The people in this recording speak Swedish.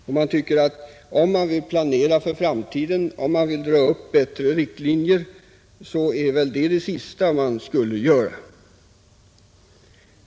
Om man vill planera och dra upp bättre riktlinjer för framtiden, tycker jag att detta väl är det sista man skulle göra.